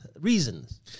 reasons